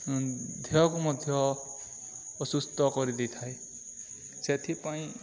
ଦେହକୁ ମଧ୍ୟ ଅସୁସ୍ଥ କରିଦେଇଥାଏ ସେଥିପାଇଁ